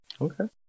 Okay